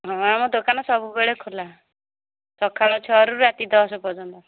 ହଁ ଆମ ଦୋକାନ ସବୁବେଳେ ଖୋଲା ସକାଳ ଛଅରୁ ରାତି ଦଶ ପର୍ଯ୍ୟନ୍ତ